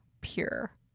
pure